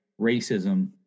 racism